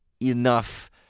enough